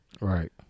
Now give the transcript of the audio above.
Right